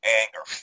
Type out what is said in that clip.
anger